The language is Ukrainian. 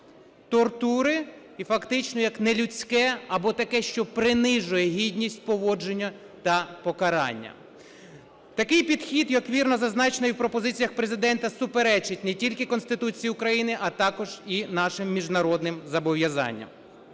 тортури і фактично як нелюдське або таке, що принижує гідність поводження та покарання. Такий підхід, як вірно зазначений в пропозиціях Президента, суперечить не тільки Конституції України, а також і нашим міжнародним зобов'язанням.